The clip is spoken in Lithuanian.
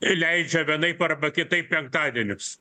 leidžia vienaip arba kitaip penktadienius